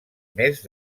més